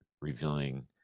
revealing